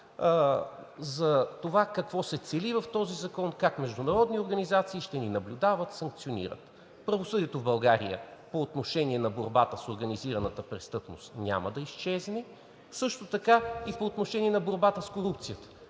за това какво се цели в този закон, как международни организации ще ни наблюдават, санкционират. Правосъдието в Българя по отношение на борбата с организираната престъпност няма да изчезне, също така и по отношение на борбата с корупцията,